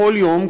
בכל יום,